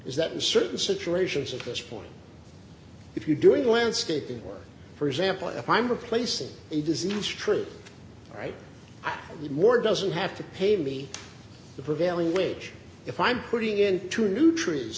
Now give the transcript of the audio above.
is that in certain situations at this point if you're doing landscaping work for example if i'm replacing a disease true right i'm more doesn't have to pay me the prevailing wage if i'm putting in two new trees